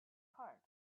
heart